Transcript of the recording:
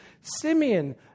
Simeon